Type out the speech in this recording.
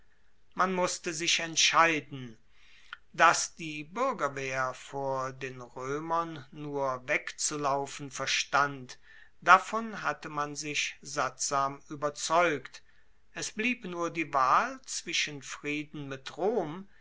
man musste sich entscheiden dass die buergerwehr vor den roemern nur wegzulaufen verstand davon hatte man sich sattsam ueberzeugt es blieb nur die wahl zwischen frieden mit rom